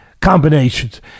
combinations